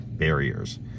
barriers